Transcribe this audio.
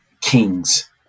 Kings